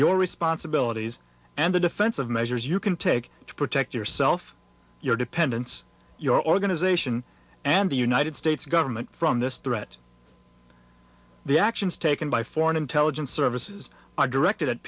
your responsibilities and the defensive measures you can take to protect yourself your dependents your organization and the united states government from this threat the actions taken by foreign intelligence services are directed at